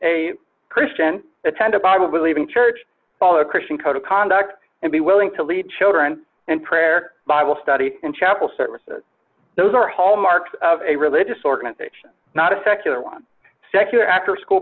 a christian attend a bible believing church follow a christian code of conduct and be willing to lead children and prayer bible study and chapel services those are hallmarks of two a religious organization not a secular one secular afterschool